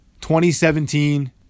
2017